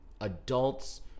Adults